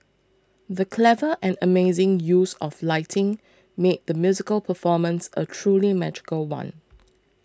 the clever and amazing use of lighting made the musical performance a truly magical one